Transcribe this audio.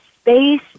space